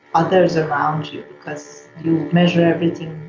others around you because you measure everything